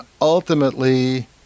ultimately